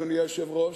אדוני היושב-ראש,